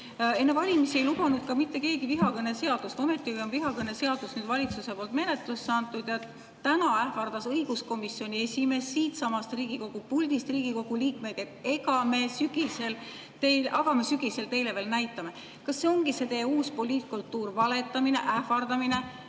Enne valimisi ei lubanud mitte keegi vihakõneseadust, ometigi on vihakõneseaduse eelnõu nüüd valitsuse poolt menetlusse antud. Täna ähvardas õiguskomisjoni esimees siitsamast Riigikogu puldist Riigikogu liikmeid, et me sügisel teile veel näitame. Kas see ongi teie uus poliitkultuur: valetamine, ähvardamine?